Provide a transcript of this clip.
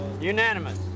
unanimous